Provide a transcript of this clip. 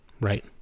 right